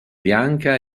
bianca